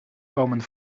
komen